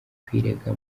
kwirega